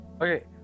Okay